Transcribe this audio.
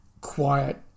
quiet